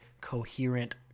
coherent